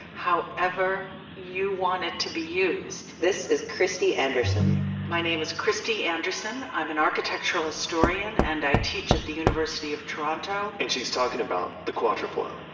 however you want it to be used this is christy anderson my name is christy anderson, i'm an architectural historian and i teach at the university of toronto. and she's talkin' about the quatrefoil.